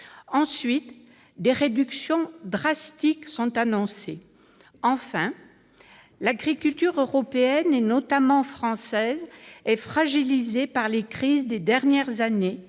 Ensuite, des réductions drastiques sont annoncées. Enfin, l'agriculture européenne, notamment française, est fragilisée par les crises des dernières années.